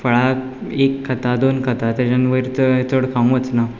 फळां एक खाता दोन खाता ताज्यान वयर चड खावं वचना